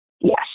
Yes